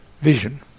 vision